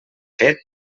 fet